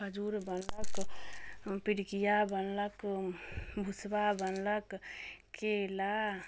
खजूर बनलक पीड़िकिया बनलक भुसबा बनलक केला